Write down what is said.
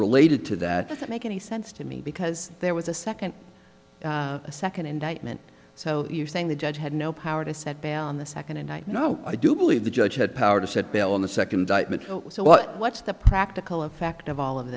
related to that doesn't make any sense to me because there was a second a second indictment so you're saying the judge had no power to set down the second and i know i do believe the judge had power to set bail in the second so what what's the practical effect of all of